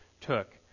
took